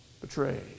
betrayed